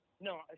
no